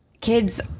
Kids